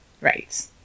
Right